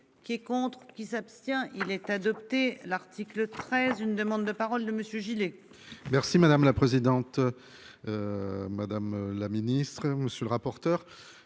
Qui est contre qui s'abstient. Il est adopté l'article 13, une demande de parole de monsieur